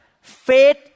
faith